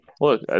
Look